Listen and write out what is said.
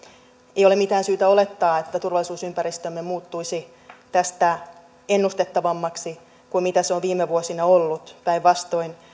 ei ole mitään syytä olettaa että turvallisuusympäristömme muuttuisi tästä ennustettavammaksi kuin mitä se on viime vuosina ollut päinvastoin